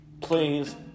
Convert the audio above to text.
please